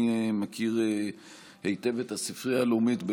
אני מכיר היטב את הספרייה הלאומית.